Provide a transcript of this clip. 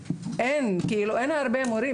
אין הרבה מורים,